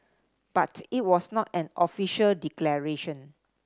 but it was not an official declaration